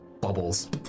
bubbles